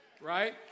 Right